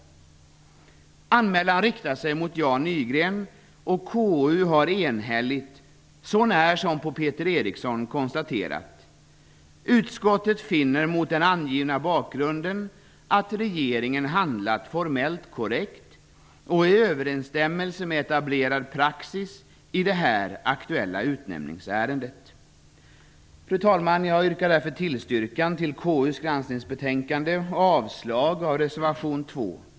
Anmälan riktar sig mot Jan Nygren. KU har enhälligt, så när som på Peter Eriksson, konstaterat: "Utskottet finner mot den angivna bakgrunden att regeringen handlat formellt korrekt och i överensstämmelse med etablerad praxis i det här aktuella utnämningsärendet." Fru talman! Jag yrkar därför bifall till utskottets hemställan i KU:s granskningsbetänkande och avslag på reservation 2.